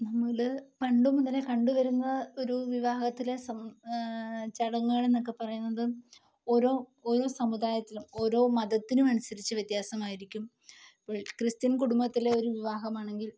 നമ്മള് പണ്ട് മുതലെ കണ്ട് വരുന്ന ഒരു വിവാഹത്തിലെ സം ചടങ്ങുകളന്നൊക്കെ പറയുന്നത് ഓരോ ഓരോ സമുദായത്തിലും ഓരോ മതത്തിനും അനുസരിച്ച് വ്യത്യാസമായിരിക്കും ഇപ്പോൾ ക്രിസ്ത്യന് കുടുംബത്തിലെ ഒരു വിവാഹമാണെങ്കില്